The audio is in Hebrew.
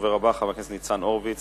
הדובר הבא, חבר הכנסת ניצן הורוביץ